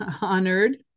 honored